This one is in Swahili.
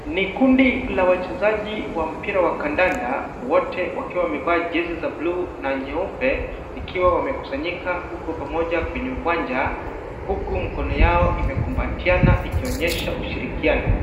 Ni kundi la wachezaji wa mpira wa kandanda wote wakiwa wamevaa jezi za bluu na nyeupe ikiwa wamekusanyika huko pamoja kwenye uwanja huku mkono yao imekumbatiana ikionyesha ushirikiano.